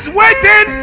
waiting